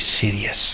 serious